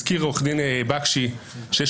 הזכיר עו"ד בקשי שיש